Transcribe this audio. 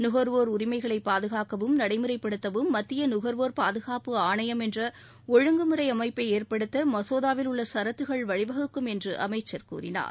நுகர்போர் உரிமைகளை பாதுகாக்கவும் நடைமுறைபடுத்தவும் மத்திய நுகர்வோர் பாதுகாப்பு ஆணையம் என்ற ஒழுங்குமுறை அமைப்பை ஏற்படுத்த மசோதாவில் உள்ள ஷரத்துகள் வழிவகுக்கும் என்று அமைச்சர் கூறினார்